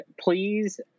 Please